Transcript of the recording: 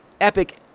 epic